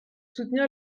soutenir